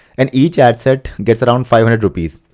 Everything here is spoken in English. and each ad set gets around five hundred rupees.